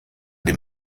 den